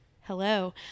Hello